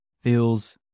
feels